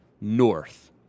north